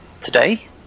today